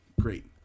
Great